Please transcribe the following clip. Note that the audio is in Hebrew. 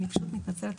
אני פשוט מתנצלת.